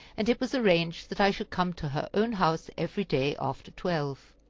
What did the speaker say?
and it was arranged that i should come to her own house every day after twelve